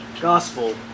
Gospel